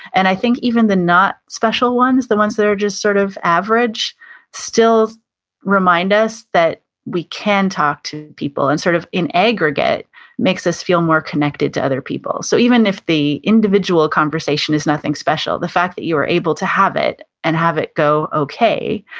and i think even the not special ones, the ones that are just sort of average still remind us that we can talk to people and sort of in aggregate makes us feel more connected to other people. so, even if the individual conversation is nothing special, the fact that you were able to have it and have it go okay,